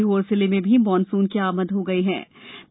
सीहोर जिले में भी मॉनसून की आमद हो गई हे